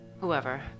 Whoever